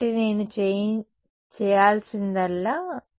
కాబట్టి నేను చేయాల్సిందల్లా H